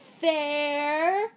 fair